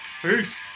Peace